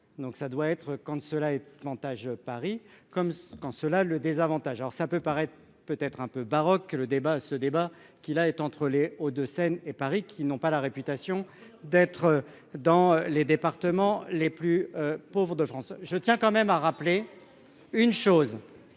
donc ça doit être quand cela et montage Paris comme ça, quand cela le désavantage alors ça peut paraître peut être un peu baroque, le débat, ce débat qui là est entre les Hauts-de-Seine et Paris, qui n'ont pas la réputation d'être dans les départements les plus pauvres de France, je tiens quand même à rappeler une chose,